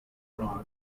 wrong